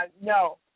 no